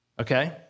okay